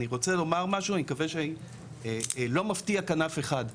אני רוצה לומר משהו ואני מקווה שאני לא מפתיע כאן אף אחד,